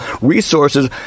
resources